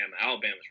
Alabama